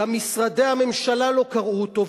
גם משרדי הממשלה לא קראו אותו,